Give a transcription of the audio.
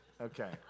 Okay